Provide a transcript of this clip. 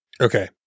Okay